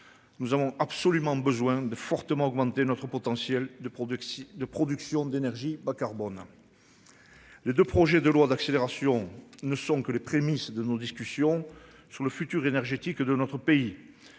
Nous avons absolument besoin de fortement augmenter notre potentiel de production de production d'énergie au carbone. Les 2 projets de loi d'accélération ne sont que les prémices de nos discussions sur le futur énergétique de notre pays